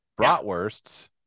bratwursts